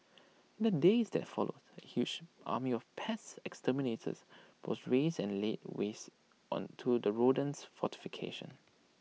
in the days that followed A huge army of pest exterminators was raised and laid waste on to the rodent fortification